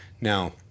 Now